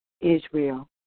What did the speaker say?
Israel